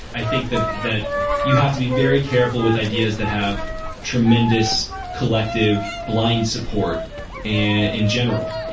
i think that that you have to be very careful with ideas that have tremendous collective blind support and in general.